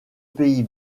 pays